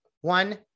one